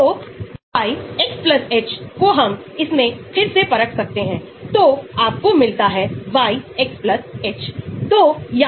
अगर आप acetylcholine esterase को देखते हैं तो एसिटाइलकोलाइन एस्टरेज़ के लिए अवरोधक हैं तो इस एसिटाइलकोलाइन का हाइड्रोलिसिस यहां होता है